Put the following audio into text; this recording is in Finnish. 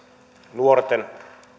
nuorten